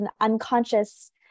unconscious